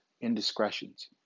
indiscretions